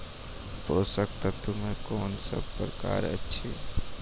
पोसक तत्व मे कून सब प्रकार अछि?